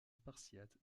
spartiates